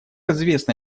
известно